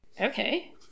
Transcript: Okay